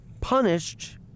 punished